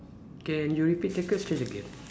can you repeat the question again